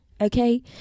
okay